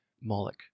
Moloch